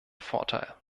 vorteil